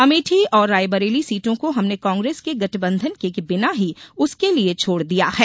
अमेठी और रायबरेली सीटों को हमने कांग्रेस से गठबंधन किए बिना ही उसके लिए छोड़ दिया है